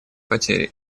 потери